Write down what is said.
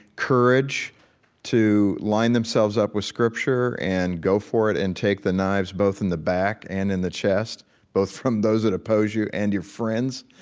courage to line themselves up with scripture and go for it and take the knives both in the back and in the chest both from those that oppose you and your friends.